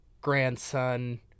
grandson